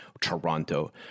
Toronto